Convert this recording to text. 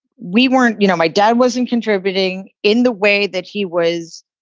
we weren't you know, my dad wasn't contributing in the way that he was,